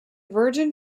virgin